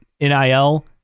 NIL